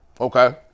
Okay